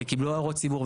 וקיבלו הערות ציבור.